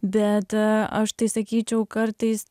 bet aš tai sakyčiau kartais